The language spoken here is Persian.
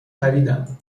پریدن